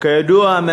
כידוע,